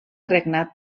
regnat